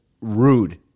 rude